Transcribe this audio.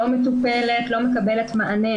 לא מטופל ולא מענה.